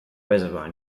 reservoir